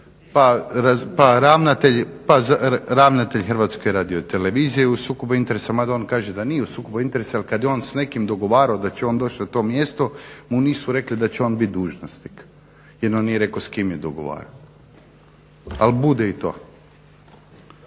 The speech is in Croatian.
pa ravnatelji, ravnatelj HRT-a je u sukobu interesa. Mada on kaže da nije u sukobu interesa ali kad je on s nekim dogovarao da će on doći na to mjesto mu nisu rekli da će on biti dužnosnik. Jedino on nije rekao s kim je dogovarao, ali bude i to.